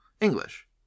English